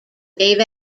gave